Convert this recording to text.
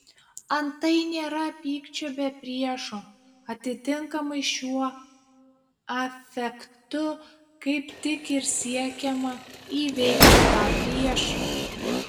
antai nėra pykčio be priešo atitinkamai šiuo afektu kaip tik ir siekiama įveikti tą priešą